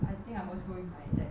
I think I was going with my dad